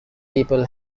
people